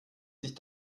sich